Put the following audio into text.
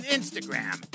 Instagram